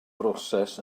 broses